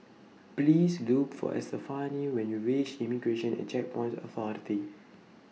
Please Look For Estefani when YOU REACH Immigration and Checkpoints Authority